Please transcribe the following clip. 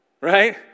Right